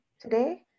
today